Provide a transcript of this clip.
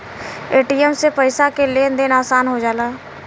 ATM से पइसा के लेन देन आसान हो जाला